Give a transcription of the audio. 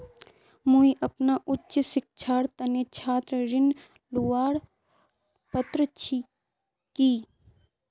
मुई अपना उच्च शिक्षार तने छात्र ऋण लुबार पत्र छि कि?